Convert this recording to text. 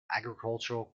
agricultural